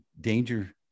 danger